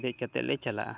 ᱫᱮᱡ ᱠᱟᱛᱮ ᱞᱮ ᱪᱟᱞᱟᱜᱼᱟ